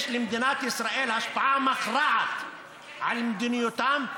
יש למדינת ישראל השפעה מכרעת על מדיניותם,